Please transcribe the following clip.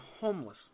homeless